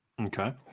Okay